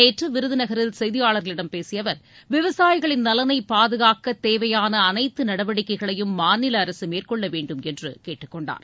நேற்று விருதநகரில் செய்தியாளர்களிடம் பேசிய அவர் விவசாயிகளின் நலனை பாதுகாக்க தேவையான அனைத்து நடவடிக்கைகளையும் மாநில அரசு மேற்கொள்ள வேண்டும் என்று கேட்டுக் கொண்டார்